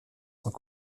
sans